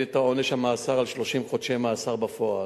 את עונש המאסר על 30 חודשי מאסר בפועל.